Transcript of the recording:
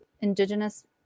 indigenous